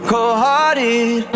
Cold-hearted